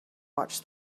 watched